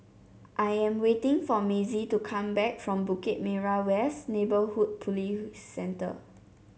I am waiting for Mazie to come back from Bukit Merah West Neighbourhood Police Centre